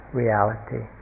reality